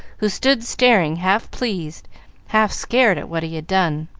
who stood staring, half-pleased, half-scared, at what he had done.